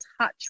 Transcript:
touch